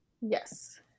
Yes